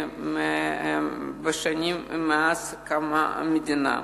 בשנים, מאז קמה המדינה.